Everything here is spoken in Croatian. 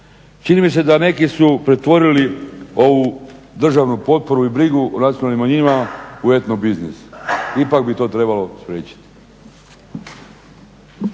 Čini mi se da neki su pretvorili ovu državnu potporu i brigu o nacionalnim manjinama u etno biznis. Ipak bi to trebalo spriječiti.